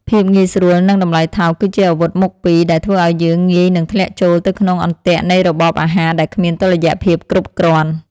ភាពងាយស្រួល និងតម្លៃថោកគឺជាអាវុធមុខពីរដែលធ្វើឲ្យយើងងាយនឹងធ្លាក់ចូលទៅក្នុងអន្ទាក់នៃរបបអាហារដែលគ្មានតុល្យភាពគ្រប់គ្រាន់។